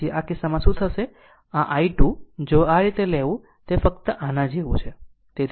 તેથી આ કિસ્સામાં શું થશે આ i2 જો આ રીતે લેવું તે ફક્ત આના જેવું છે